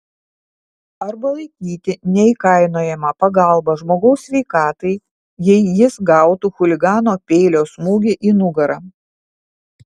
arba laikyti neįkainojama pagalba žmogaus sveikatai jei jis gautų chuligano peilio smūgį į nugarą